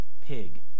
pig